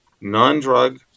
non-drug